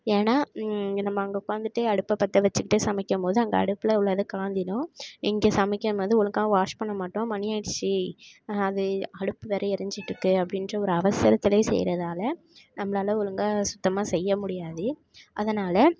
ஏன்னா எ நம்ம அங்கே உட்காந்துட்டு அடுப்பை பற்ற வச்சுக்கிட்டே சமைக்கும் போது அங்கே அடுப்பில் உள்ளது காந்திடும் இங்கே சமைக்கும் போது ஒழுங்காகா வாஷ் பண்ண மாட்டோம் மணி ஆயிடுச்சு அது அடுப்பு வேறு எரிஞ்சிகிட்டு இருக்கு அப்படின்ற ஒரு அவசரத்துல செய்யறதால நம்மளால ஒழுங்காக சுத்தமாக செய்ய முடியாது அதனால்